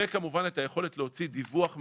וכמובן את היכולת להוציא דיווח מסודר.